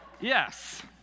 Yes